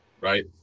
right